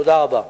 תודה רבה.